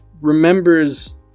remembers